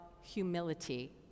humility